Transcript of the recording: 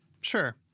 sure